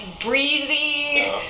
breezy